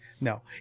No